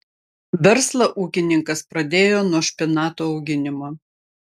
verslą ūkininkas pradėjo nuo špinatų auginimo